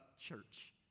church